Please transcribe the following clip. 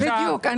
בדיוק.